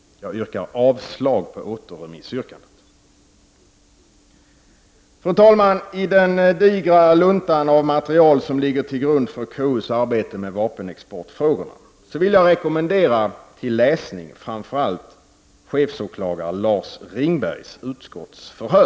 Jag yrkar avslag på återremissyrkandet. I den digra lunta av material som ligger till grund för KUs arbete med vapenexportfrågorna vill jag till läsning rekommendera framför allt utskottsförhöret med chefsåklagare Lars Ringberg.